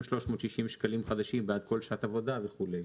360 שקלים חדשים בעד כל שעת עבודה וכו'.